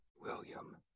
William